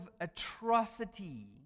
atrocity